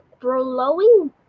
blowing